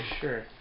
sure